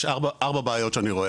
יש ארבע בעיות שאני רואה.